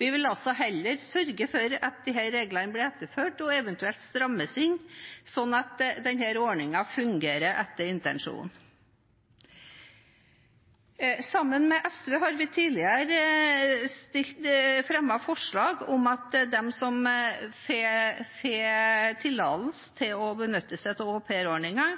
Vi vil altså heller sørge for at reglene blir etterfulgt og eventuelt strammet inn, slik at ordningen fungerer etter intensjonen. Sammen med SV har vi tidligere fremmet forslag om at det til dem som får tillatelse til å benytte seg av au pair-ordningen,